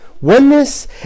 oneness